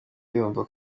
yumva